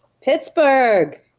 Pittsburgh